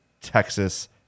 Texas